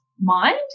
mind